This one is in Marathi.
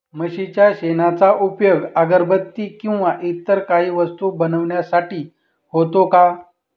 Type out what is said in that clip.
म्हशीच्या शेणाचा उपयोग अगरबत्ती किंवा इतर काही वस्तू बनविण्यासाठी होतो का?